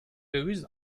döviz